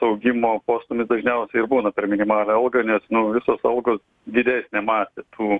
augimo postūmiu dažniau ir būna per minimalią algą nes nu visos algos didesnė masė tų